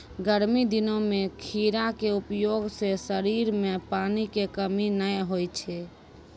गर्मी दिनों मॅ खीरा के उपयोग सॅ शरीर मॅ पानी के कमी नाय होय छै